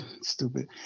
Stupid